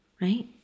right